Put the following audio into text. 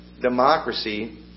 democracy